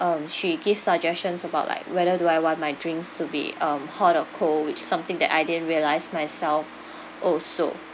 um she give suggestions about like whether do I want my drinks to be um hot or cold which is something that I didn't realise myself also